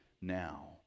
now